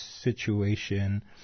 situation